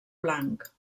blanc